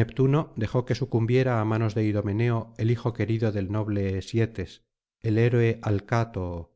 neptuno dejó que sucumbiera á manos de idomeneo el hijo querido del noble esietes el héroe alcátoo